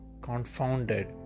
confounded